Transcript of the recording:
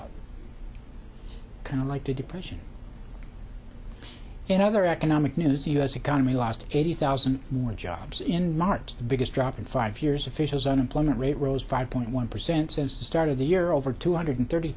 out kind of like to depression and other economic news the u s economy lost eighty thousand more jobs in march the biggest drop in five years officials unemployment rate rose five point one percent since the start of the year over two hundred thirty